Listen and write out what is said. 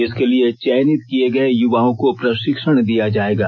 इसके लिए चयनित किये गये युवाओं को प्रषिक्षण दिया जायेगा